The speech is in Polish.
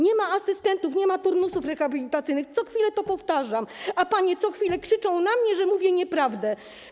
Nie ma asystentów, nie ma turnusów rehabilitacyjnych, co chwilę to powtarzam, a panie co chwilę krzyczą na mnie, że mówię nieprawdę.